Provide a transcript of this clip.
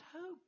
hope